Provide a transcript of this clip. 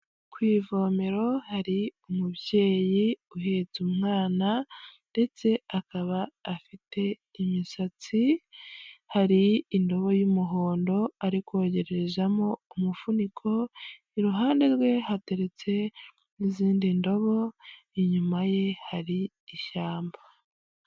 Ku ivomero hari umubyeyi uhetse umwana, ndetse akaba afite imisatsi, hari indobo y'umuhondo ari kugerezamo umufuniko, iruhande rwe hateretse izindi ndobo, inyuma ye hari ishyamba.